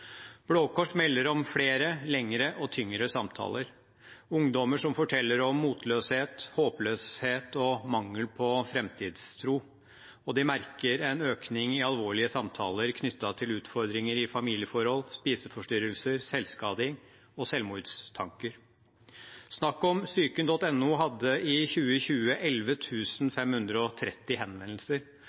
motløshet, håpløshet og mangel på framtidstro, og de merker en økning i alvorlige samtaler knyttet til utfordringer i familieforhold, spiseforstyrrelser, selvskading og selvmordstanker. SnakkOmPsyken.no hadde i 2020 11 530 henvendelser,